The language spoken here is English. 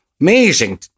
amazing